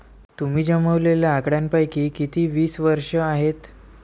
तुम्ही जमवलेल्या आकड्यांपैकी किती वीस वर्षांचे आहेत?